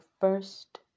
first